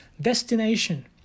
destination